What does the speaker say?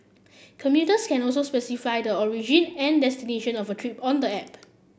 commuters can also specify the origin and destination of a trip on the app